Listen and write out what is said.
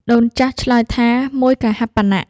ដូនចាស់ឆ្លើយថា “មួយកហាបណៈ”។